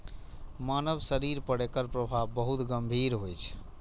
मानव शरीर पर एकर प्रभाव बहुत गंभीर होइ छै